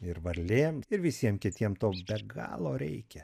ir varlė ir visiem kitiem to be galo reikia